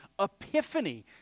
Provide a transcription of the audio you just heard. epiphany